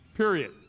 Period